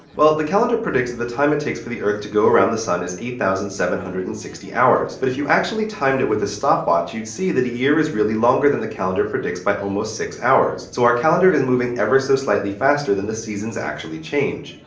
well the calendar predicts that the time it takes for the earth to go around the sun is eight thousand seven hundred and sixty hours. but, if you actually timed it with a stopwatch you'd see that a year is really longer than the calendar predicts by almost six hours. so our calendar is moving ever-so-slightly faster than the seasons actually change.